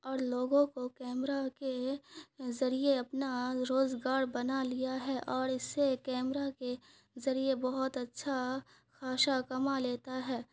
اور لوگوں کو کیمرہ کے ذریعے اپنا روزگار بنا لیا ہے اور اس سے کیمرہ کے ذریعے بہت اچھا خاصا کما لیتا ہے